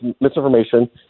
misinformation